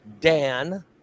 Dan